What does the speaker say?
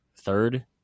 Third